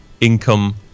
income